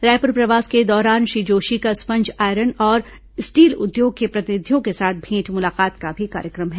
रायपुर प्रवास के दौरान श्री जोशी का स्पंज आयरन और स्टील उद्योग के प्रतिनिधियों के साथ भेंट मुलाकात का भी कार्यक्रम है